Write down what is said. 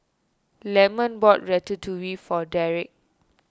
Lemon bought Ratatouille for Dereck